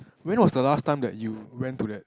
when was the last time that you went to that